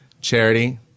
Charity